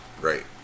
Right